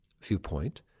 Viewpoint